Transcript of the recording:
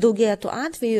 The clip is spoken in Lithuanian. daugėja tų atvejų